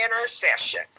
intercession